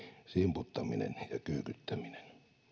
simputtaminen ja kyykyttäminen